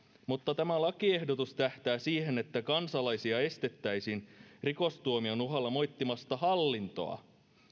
mutta tämä lakiehdotus tähtää siihen että kansalaisia estettäisiin rikostuomion uhalla moittimasta hallintoa